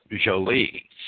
Jolie